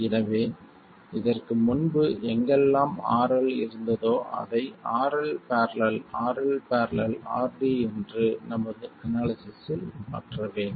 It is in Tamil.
எனவே இதற்கு முன்பு எங்கெல்லாம் RL இருந்ததோ அதை RL || RL || RD என்று நமது அனாலிசிஸ்ஸில் மாற்ற வேண்டும்